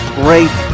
great